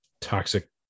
toxic